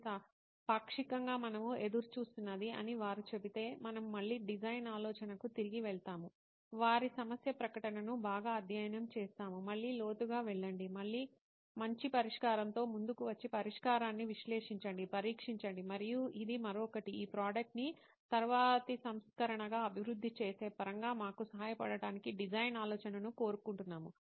ఇది పాక్షికంగా మనము ఎదురుచూస్తున్నది అని వారు చెబితే మనము మళ్ళీ డిజైన్ ఆలోచనకు తిరిగి వెళ్తాము వారి సమస్య ప్రకటనను బాగా అధ్యయనం చేస్తాము మళ్ళీ లోతుగా వెళ్ళండి మళ్ళీ మంచి పరిష్కారం తో ముందుకు వచ్చి పరిష్కారాన్ని విశ్లేషించండి పరీక్షించండి మరియు ఇది మరొకటి ఈ ప్రోడక్ట్ ని తరువాతి సంస్కరణగా అభివృద్ధి చేసే పరంగా మాకు సహాయపడటానికి డిజైన్ ఆలోచనను కోరుకుంటున్నాము